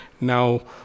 Now